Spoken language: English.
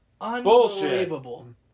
unbelievable